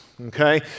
okay